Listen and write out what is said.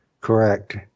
Correct